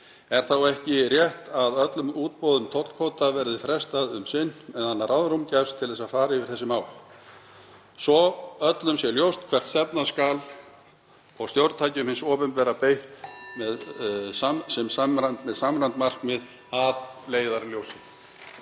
Er þá ekki rétt að öllum útboðum tollkvóta verði frestað um sinn meðan ráðrúm gefst til þess að fara yfir þessi mál svo öllum sé ljóst hvert stefna skal og stjórntækjum hins opinbera beitt með samræmd markmið að leiðarljósi?